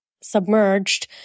submerged